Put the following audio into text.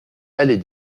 allée